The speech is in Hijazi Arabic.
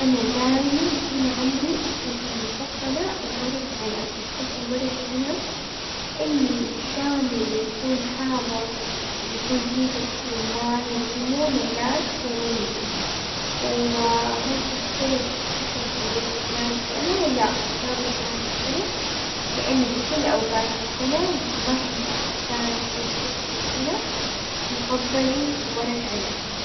انا دايما كل عمري اكلتي المفضلة الورق عنب، واحب الورق عنب الشامي اللي يكون حامض، واللي يكون فيه دبس رمان ويسمونه الناس يالانجي، وهل تختلف حسب الوقت خلال السنة؟ لا اجابتي ما تختلف، لاني بكل اوقات السنة، مهما كان ايش وقت بالسنة مفضلي الورق عنب.